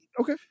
Okay